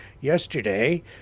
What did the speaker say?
yesterday